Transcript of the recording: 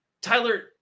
Tyler